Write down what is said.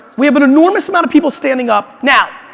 we have an enormous amount of people standing up. now,